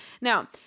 now